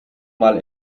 mal